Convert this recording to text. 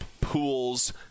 pools